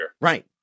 Right